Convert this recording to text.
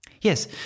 Yes